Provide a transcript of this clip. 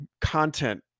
content